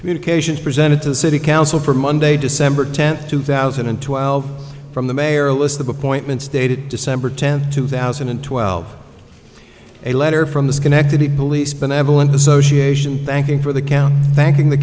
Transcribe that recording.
communications presented to the city council for monday december tenth two thousand and twelve from the mayor a list of appointments dated december tenth two thousand and twelve a letter from the schenectady police benevolent association thanking for the county thanking the